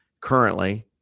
currently